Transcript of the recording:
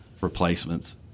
replacements